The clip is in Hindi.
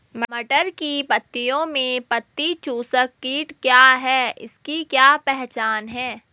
मटर की पत्तियों में पत्ती चूसक कीट क्या है इसकी क्या पहचान है?